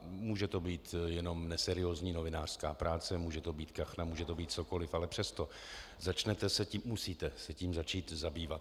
Může to být jenom neseriózní novinářská práce, může to být kachna, může to být cokoliv, ale přesto, musíte se tím začít zabývat.